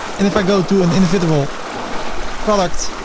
and if i go to an individual product,